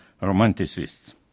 Romanticists